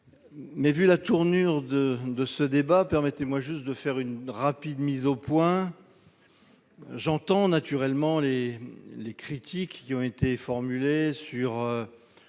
mais vu la tournure de de ce débat, permettez-moi juste de faire une rapide mise au point, j'entends naturellement et les critiques qui ont été formulées sur